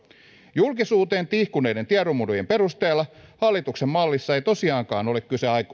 julkisuuteen tihkuneiden tiedonmurujen perusteella hallituksen mallissa ei tosiaankaan ole kyse